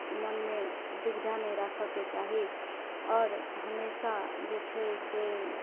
मनमे दुविधा नहि राखऽके चाही आओर हमेशा जे छै से